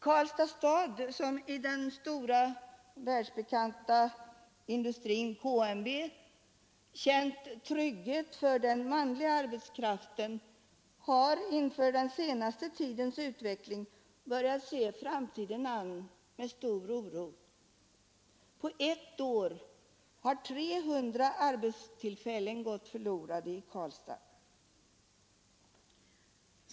Karlstads stad, som i den stora världsbekanta industrin KMW känt trygghet för den manliga arbetskraften, har inför den senaste tidens utveckling börjat se framtiden an med stor oro. På ett år har 300 arbetstillfällen gått förlorade i Karlstad.